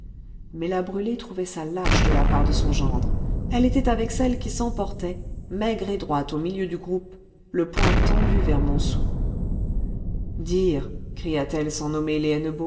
mais la brûlé trouvait ça lâche de la part de son gendre elle était avec celles qui s'emportaient maigre et droite au milieu du groupe le poing tendu vers montsou dire cria-t-elle sans nommer